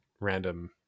random